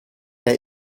der